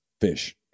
fish